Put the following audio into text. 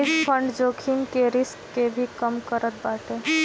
hedge fund जोखिम के risk के भी कम करत बाटे